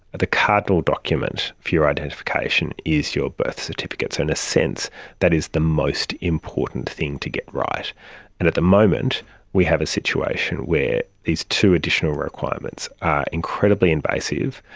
the cardinal document for your identification is your birth certificate, so in a sense that is the most important thing to get and at the moment we have a situation where these two additional requirements are incredibly invasive,